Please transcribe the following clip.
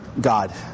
God